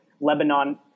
Lebanon